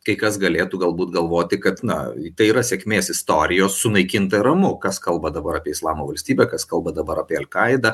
kai kas galėtų galbūt galvoti kad na tai yra sėkmės istorija sunaikinta ir ramu kas kalba dabar apie islamo valstybę kas kalba dabar apie alkaidą